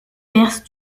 perse